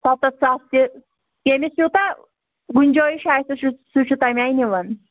سَتَتھ ساس تہِ ییٚمِس یوٗتاہ گُنجٲیِس آسہِ سُہ چھِ سُہ چھِ تَمہِ آے نِوَان